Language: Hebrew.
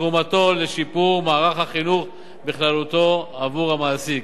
תרומתו לשיפור מערך החינוך בכללותו עבור המעסיק.